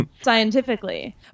scientifically